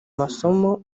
masomo